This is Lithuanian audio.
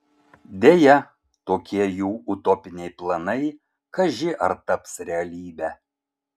deja tokie jų utopiniai planai kaži ar taps realybe